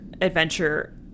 adventure